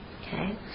okay